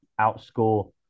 outscore